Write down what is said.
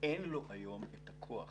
אין לו היום את הכוח